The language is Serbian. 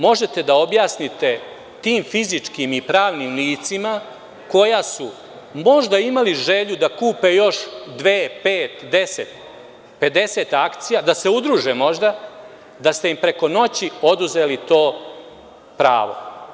Kako možete da objasnite tim fizičkim i pravnim licima koja su možda imali želju da kupe još dve, pet, deset, pedeset akcija, da se udruže možda, da ste im preko noći oduzeli to pravo?